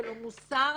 ולא מוסר,